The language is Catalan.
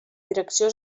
direcció